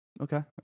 Okay